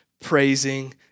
praising